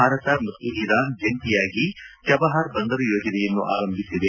ಭಾರತ ಮತ್ತು ಇರಾನ್ ಜಂಟಿಯಾಗಿ ಚಬಹಾರ್ ಬಂದರು ಯೋಜನೆಯನ್ನು ಆರಂಭಿಸಿದೆ